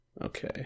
Okay